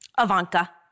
Ivanka